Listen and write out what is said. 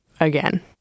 again